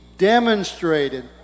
demonstrated